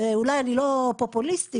אולי אני לא פופוליסט,